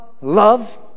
love